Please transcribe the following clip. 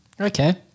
Okay